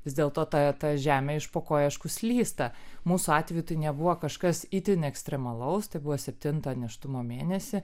vis dėlto ta ta žemė iš po kojų aišku slysta mūsų atveju tai nebuvo kažkas itin ekstremalaus tai buvo septintą nėštumo mėnesį